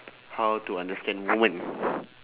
how to understand woman